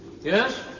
Yes